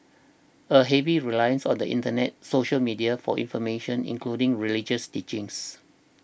a heavy reliance on the Internet social media for information including religious teachings